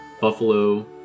buffalo